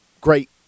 great